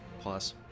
Plus